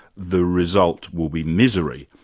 the result will be misery.